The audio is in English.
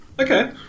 Okay